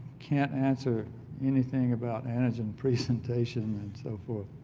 can't answer anything about antigen presentation and so forth.